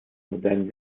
modernen